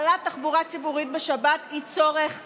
הפעלת תחבורה ציבורית בשבת היא צורך חיוני.